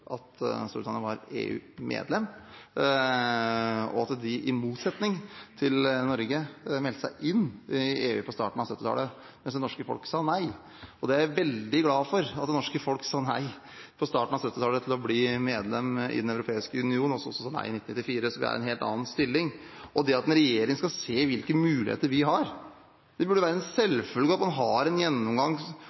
at de, i motsetning til Norge, meldte seg inn i EU på starten av 1970-tallet, mens det norske folk sa nei. Jeg er veldig glad for at det norske folk på starten av 1970-tallet sa nei til å bli medlem i Den europeiske union og også sa nei i 1994. Så vi er i en helt annen stilling. Når det gjelder at en regjering skal se hvilke muligheter vi har – det burde være en selvfølge at man har en gjennomgang,